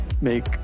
make